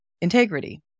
Integrity